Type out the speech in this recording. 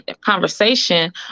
conversation